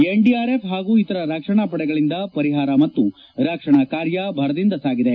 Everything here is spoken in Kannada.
ಎನ್ಡಿಆರ್ಎಫ್ ಪಾಗೂ ಇತರ ರಕ್ಷಣಾ ಪಡೆಗಳಿಂದ ಪರಿಹಾರ ಮತ್ತು ರಕ್ಷಣಾ ಕಾರ್ಯ ಭರದಿಂದ ಸಾಗಿದೆ